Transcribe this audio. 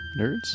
nerds